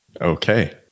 Okay